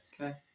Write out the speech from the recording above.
okay